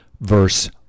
verse